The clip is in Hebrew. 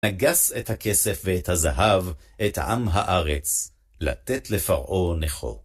נגש את הכסף ואת הזהב, את עם הארץ, לתת לפרעה נכה.